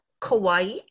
Kauai